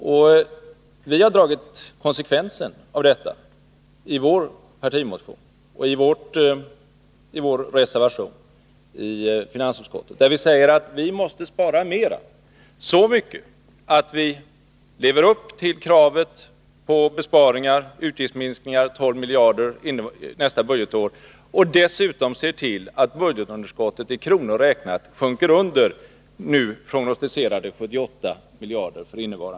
Vi moderater har dragit konsekvenserna av detta i vår partimotion och vår reservation i finansutskottet. Vi säger att vi måste spara mera, så mycket att vi lever upp till kravet på utgiftsminskningar med 12 miljarder kronor nästa budgetår. Dessutom måste vi se till att budgetunderskottet i kronor räknat sjunker i förhållande till det för innevarande budgetår beräknade underskottet på 78 miljarder kronor.